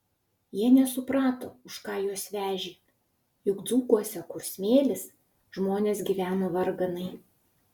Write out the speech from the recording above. jie nesuprato už ką juos vežė juk dzūkuose kur smėlis žmonės gyveno varganai